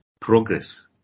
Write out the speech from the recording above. progress